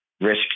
risk